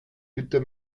bitte